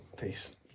Peace